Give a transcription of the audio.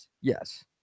Yes